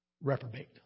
reprobate